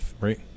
right